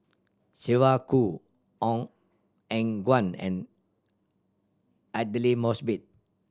Sylvia Kho Ong Eng Guan and Aidli Mosbit